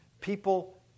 People